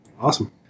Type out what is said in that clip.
Awesome